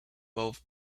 both